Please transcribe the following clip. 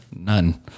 none